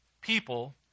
people